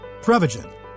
Prevagen